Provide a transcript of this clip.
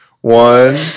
One